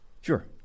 Sure